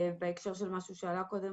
בהקשר של מה שהוא שעלה קודם,